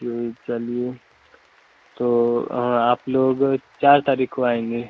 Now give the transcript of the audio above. ठीक चलिए तो हाँ आप लोग चार तारीख को आएँगे